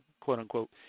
quote-unquote